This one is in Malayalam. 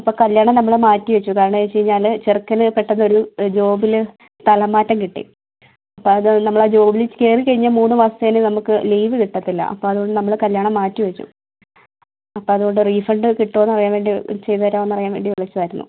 അപ്പം കല്യാണം നമ്മൾ മാറ്റി വെച്ചു കാരണമെന്ന് വെച്ച് കഴിഞ്ഞാൽ ചെറുക്കന് പെട്ടെന്നൊരു ജോബിൽ സ്ഥലം മാറ്റം കിട്ടി അപ്പം അത് നമ്മൾ ആ ജോബിൽ കയറി കഴിഞ്ഞാൽ മൂന്ന് മാസത്തിന് നമുക്ക് ലീവ് കിട്ടത്തില്ല അപ്പം അതുകൊണ്ട് കല്യാണം മാറ്റി വെച്ചു അപ്പം അതുകൊണ്ട് റീഫണ്ട് കിട്ടുമോ എന്നറിയാൻ വേണ്ടി ചെയ്ത് തരുമോ എന്നറിയാൻ വേണ്ടി വിളിച്ചതായിരുന്നു